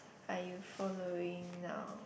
are you following now